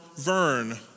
Vern